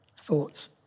thoughts